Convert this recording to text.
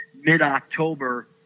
mid-october